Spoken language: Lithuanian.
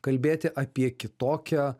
kalbėti apie kitokią